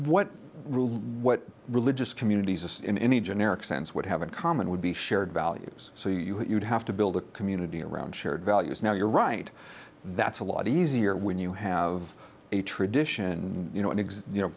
rule what religious communities in any generic sense would have in common would be shared values so you had you'd have to build a community around shared values now you're right that's a lot easier when you have a tradition you know exist you know